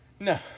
No